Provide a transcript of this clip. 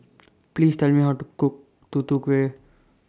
Please Tell Me How to Cook Tutu Kueh